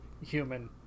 human